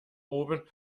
oben